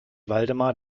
waldemar